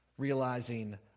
realizing